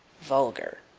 vulgar.